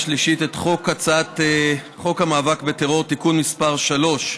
השלישית את הצעת חוק המאבק בטרור (תיקון מס' 3),